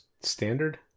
standard